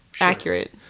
accurate